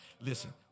Listen